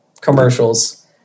commercials